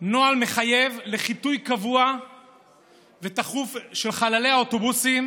נוהל מחייב לחיטוי קבוע ותכוף של חללי האוטובוסים,